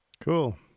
Cool